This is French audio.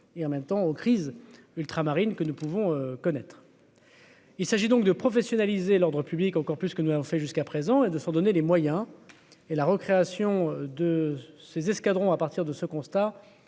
et en même temps aux crises ultramarines que nous pouvons connaître. Il s'agit donc de professionnaliser l'Ordre public encore plus que nous avons fait jusqu'à présent, et de s'en donner les moyens et la recréation de ces escadrons à partir de ce constat